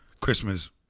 Christmas